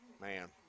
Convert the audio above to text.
Man